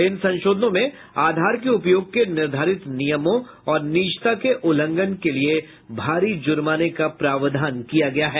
इन संशोधनों में आधार के उपयोग के निर्धारित नियमों और निजता के उल्लंघन के लिए भारी जुर्माने का प्रावधान किया गया है